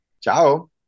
Ciao